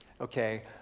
okay